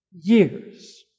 years